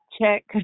Check